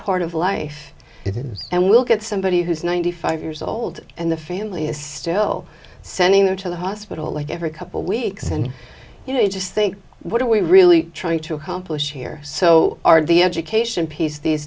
part of life it is and will get somebody who's ninety five years old and the family is still sending them to the hospital like every couple weeks and you know you just think what are we really trying to accomplish here so our the education piece these